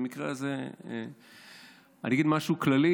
במקרה הזה אני אגיד משהו כללי,